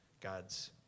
God's